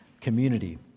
community